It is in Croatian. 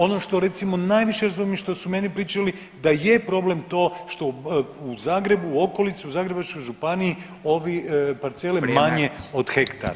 Ono što recimo najviše … [[Govornik se ne razumije]] što su meni pričali da je problem to što u Zagrebu u okolici u Zagrebačkoj županiji ovi parcele manje od hektara.